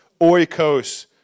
oikos